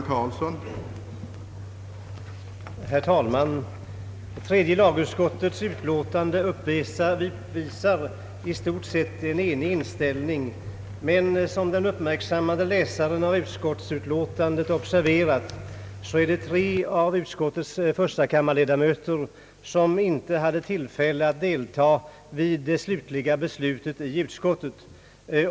Herr talman! Tredje lagutskottets utlåtande uppvisar i stort sett en enig inställning, men som den uppmärksamme läsaren av utskottsutlåtandet har observerat är det tre av utskottets förstakammarledamöter som inte hade tillfälle att delta i det slutliga beslutet i utskottet.